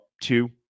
two